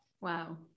wow